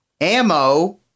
ammo